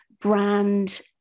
brand